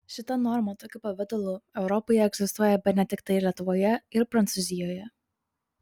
šita norma tokiu pavidalu europoje egzistuoja bene tiktai lietuvoje ir prancūzijoje